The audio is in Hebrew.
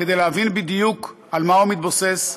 כדי להבין בדיוק על מה הוא מתבסס,